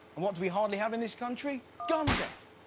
and what do we hardly have in this country? gun death.